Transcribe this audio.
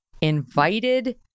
invited